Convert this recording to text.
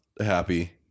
happy